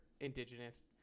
indigenous